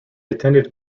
attended